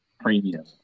premium